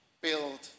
build